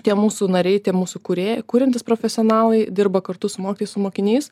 tie mūsų nariai tie mūsų kūrėjai kuriantys profesionalai dirba kartu su mokytojais su mokiniais